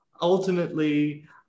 ultimately